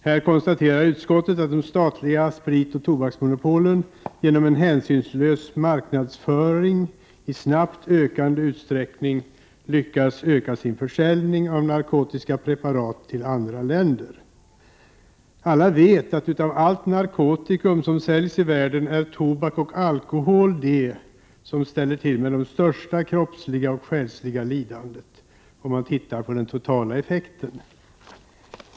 Här konstaterar utskottet att de statliga spritoch tobaksmonopolen genom en hänsynslös marknadsföring i snabbt ökande utsträckning lyckas öka sin försäljning av narkotiska preparat till andra länder. Alla vet att av allt narkotikum som säljs i världen är det tobak och alkohol som ställer till med det största kroppsliga och själsliga lidandet, om man ser till den totala effekten.